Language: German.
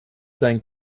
sein